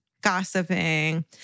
Gossiping